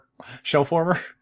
Shellformer